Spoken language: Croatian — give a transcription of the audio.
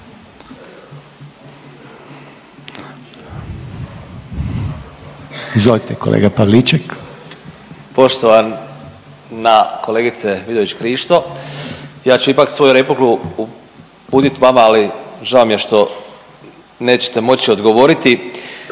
suverenisti)** Poštovana kolegice Vidović Krišto ja ću ipak svoju repliku uputiti vama. Ali žao mi je što nećete moći odgovoriti.